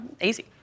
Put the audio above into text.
easy